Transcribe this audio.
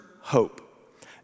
hope